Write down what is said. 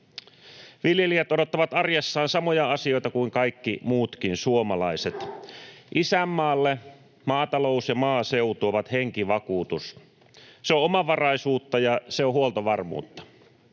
viljelijät odottavat arjessaan samoja asioita kuin kaikki muutkin suomalaiset. Isänmaalle maatalous ja maaseutu ovat henkivakuutus. Se on omavaraisuutta, ja se on huoltovarmuutta.